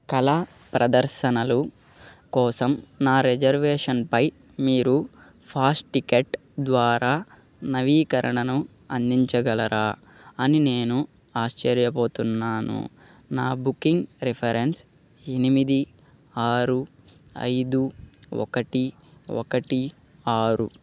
కళా ప్రదర్శనలు కోసం నా రిజర్వేషన్పై మీరు ఫాస్ట్ టికెట్ ద్వారా నవీకరణను అందించగలరా అని నేను ఆశ్చర్యపోతున్నాను నా బుకింగ్ రిఫరెన్స్ ఎనిమిది ఆరు ఐదు ఒకటి ఒకటి ఆరు